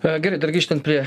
gerai dar grįžtant prie